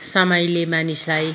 समयले मानिसलाई